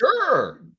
Sure